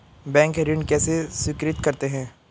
Bank ऋण कैसे स्वीकृत करते हैं?